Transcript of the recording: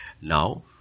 Now